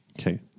Okay